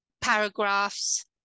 paragraphs